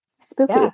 spooky